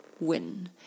win